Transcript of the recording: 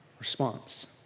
Response